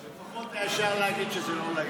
לפחות אתה ישר להגיד שזה לא לעניין.